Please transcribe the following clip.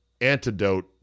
antidote